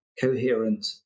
coherent